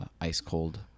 ice-cold